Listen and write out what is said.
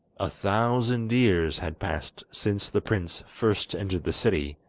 a thousand years had passed since the prince first entered the city,